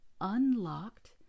unlocked